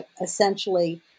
essentially